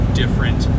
different